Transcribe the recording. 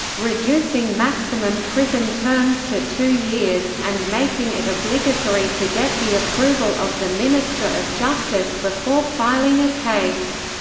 reducing maximum prison terms to two years, and making it obligatory to get the approval of the minister of justice before filing a case.